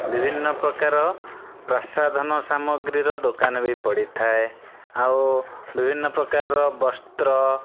ବିଭିନ୍ନ ପ୍ରକାର ପ୍ରସାଧନ ସାମଗ୍ରୀର ଦୋକାନ ବି ପଡ଼ିଥାଏ ଆଉ ବିଭିନ୍ନ ପ୍ରକାରର ବସ୍ତ୍ର